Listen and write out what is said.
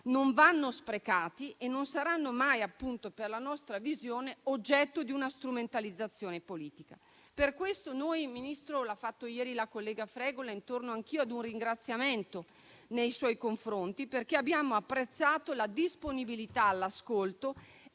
Non vanno sprecati e non saranno mai per la nostra visione oggetto di una strumentalizzazione politica. Per questo, Ministro - come ha fatto ieri la collega Fregolent - torno anch'io a un ringraziamento nei suoi confronti, perché abbiamo apprezzato la disponibilità all'ascolto